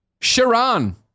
sharon